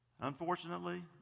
Unfortunately